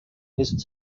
his